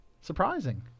Surprising